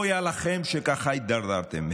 אויה לכם שככה הידרדרתם.